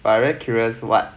but I really curious what